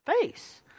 face